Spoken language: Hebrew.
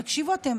תקשיבו, אתם